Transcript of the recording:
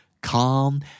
calm